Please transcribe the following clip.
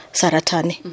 saratani